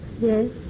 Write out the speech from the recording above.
Yes